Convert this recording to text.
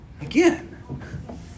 Again